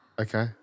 Okay